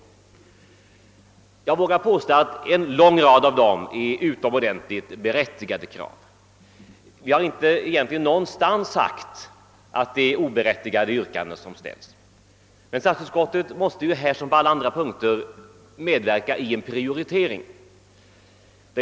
Jag vågar påstå att en lång rad av dem är utomordentligt berättigade krav. Utskottet har knappast någonstans sagt att det är oberättigade yrkanden som framställs. Men utskottet måste ju här som på alla andra punkter medverka i en prioritering.